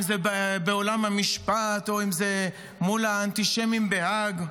אם זה בעולם המשפט או אם זה מול האנטישמים בהאג,